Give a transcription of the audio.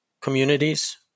communities